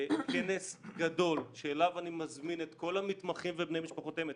כנס גדול שאליו אני מזמין את כל המתמחים ובני משפחותיהם,